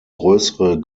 größere